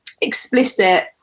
explicit